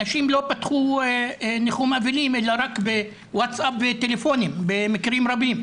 אנשים לא פתחו ניחום אבלים אלא רק בוואטס אפ וטלפונים במקרים רבים.